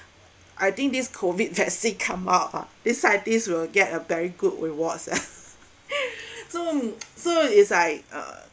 I think this COVID vaccine come out ah these scientists will get a very good rewards ah so so is like uh